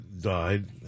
died